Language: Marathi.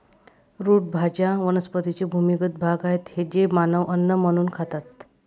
रूट भाज्या वनस्पतींचे भूमिगत भाग आहेत जे मानव अन्न म्हणून खातात